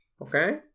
Okay